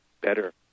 better